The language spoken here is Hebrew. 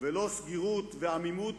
ולא סגירות ועמימות